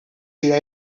should